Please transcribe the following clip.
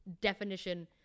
definition